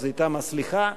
אתם הסליחה.